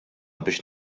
biex